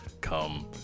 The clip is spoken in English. come